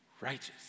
righteous